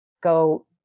go